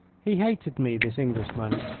he hated me, this englishman,